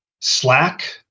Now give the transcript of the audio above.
slack